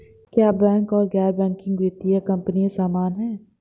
क्या बैंक और गैर बैंकिंग वित्तीय कंपनियां समान हैं?